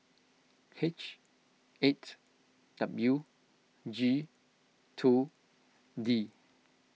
H eight W G two D